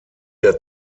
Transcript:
der